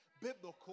biblical